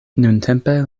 nuntempe